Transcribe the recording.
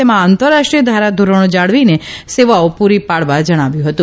તેમાં આંતરરાષ્ટ્રીય ધારાધોરણ જાળવીને સેવાઓ પુરી પાડવા જણાવ્યું હતું